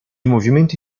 movimenti